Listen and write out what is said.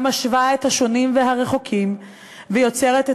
המשווה את השונים והרחוקים ויוצרת את